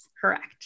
Correct